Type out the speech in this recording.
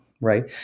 right